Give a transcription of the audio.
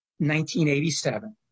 1987